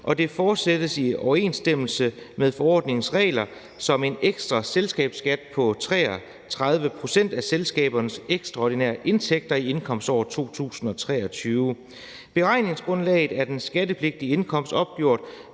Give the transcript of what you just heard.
og det fortsættes i overensstemmelse med forordningens regler som en ekstra selskabsskat på 33 pct. af selskabernes ekstraordinære indtægter i indkomståret 2023. Beregningsgrundlaget er den skattepligtige indkomst opgjort